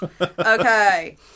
okay